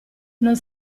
non